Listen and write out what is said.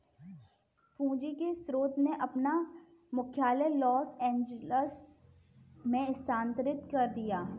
पूंजी के स्रोत ने अपना मुख्यालय लॉस एंजिल्स में स्थानांतरित कर दिया